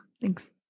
Thanks